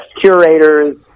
curators